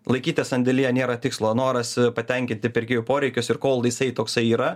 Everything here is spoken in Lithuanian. laikyti sandėlyje nėra tikslo noras patenkinti pirkėjų poreikius ir kol jisai toksai yra